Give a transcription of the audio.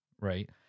right